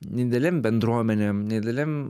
didelėm bendruomenėm nedidelėm